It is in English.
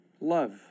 love